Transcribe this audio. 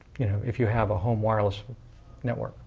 you know, if you have a home wireless network.